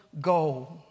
goal